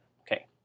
Okay